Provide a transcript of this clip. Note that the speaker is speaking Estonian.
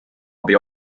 abi